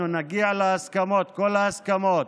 אנחנו נגיע לכל ההסכמות